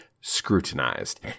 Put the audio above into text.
scrutinized